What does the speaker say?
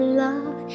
love